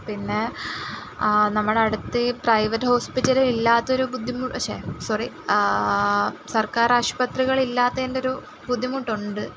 പിന്നെ നമ്മുടെ അടുത്ത് ഈ പ്രൈവറ്റ് ഹോസ്പിറ്റല് ഇല്ലാത്തൊരു ശ്ശെ സൊറി സർക്കാർ ആശുപത്രികൾ ഇല്ലാത്തതിൻ്റെയൊരു ബുദ്ധിമുട്ടുണ്ട്